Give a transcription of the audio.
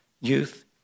youth